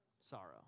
Sorrow